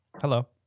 Hello